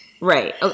Right